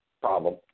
Problem